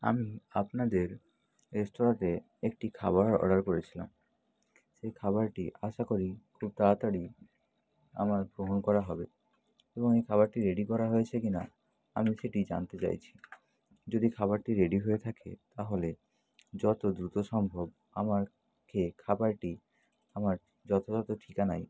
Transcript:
আমি আপনাদের রেস্তোরাঁতে একটি খাবার অর্ডার করেছিলাম সেই খাবারটি আশা করি খুব তাড়াতাড়ি আমার গ্রহণ করা হবে এবং এই খাবারটি রেডি করা হয়েছে কি না আমি সেটি জানতে চাইছি যদি খাবারটি রেডি হয়ে থাকে তাহলে যত দ্রুত সম্ভব আমাকে খাবারটি আমার যথাযথ ঠিকানায়